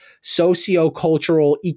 socio-cultural